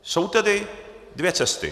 Jsou tedy dvě cesty.